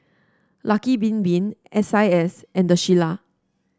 Lucky Bin Bin S I S and The Shilla